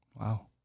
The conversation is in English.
wow